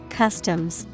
customs